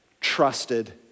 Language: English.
trusted